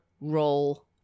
roll